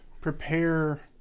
prepare